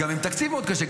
גם עם תקציב מאוד קשה,